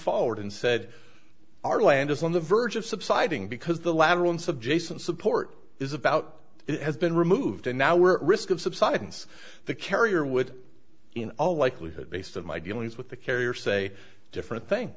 forward and said our land is on the verge of subsiding because the labyrinth of jason support is about it has been removed and now we're at risk of subsidence the carrier would in all likelihood based on my dealings with the carrier say different thing